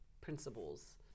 principles